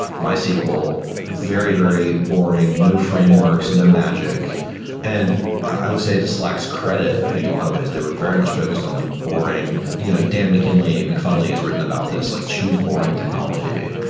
mysql, very, very boring, no frameworks, no magic and i would say just lacks credit, i think in a lot of ways. they were very much focused on like boring you know dan mckinley, mcfunly, has written about this, like choose boring technology,